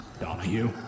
Donahue